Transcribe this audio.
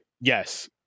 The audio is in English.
Yes